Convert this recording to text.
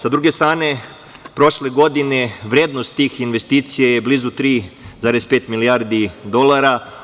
Sa druge strane, prošle godine, vrednost tih investicija je blizu 3,5 milijardi dolara.